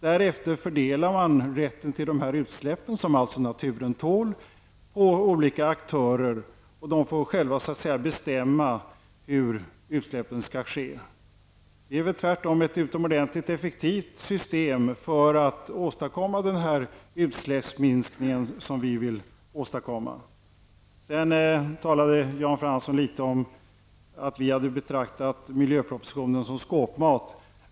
Därefter fördelas rätten till utsläppen, som alltså naturen tål, på olika aktörer vilka själva får bestämma hur utsläppen skall ske. Detta är tvärtom ett utomordentligt effektivt system för att åstadkomma den utsläppsminskning som vi vill ha. Sedan talde Jan Fransson litet om att vi betraktade miljöpropositionen som skåpmat.